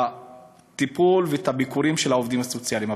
הטיפול ואת הביקורים של העובדים הסוציאליים.